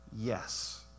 Yes